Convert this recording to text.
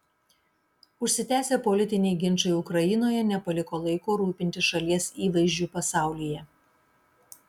užsitęsę politiniai ginčai ukrainoje nepaliko laiko rūpintis šalies įvaizdžiu pasaulyje